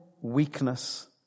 weakness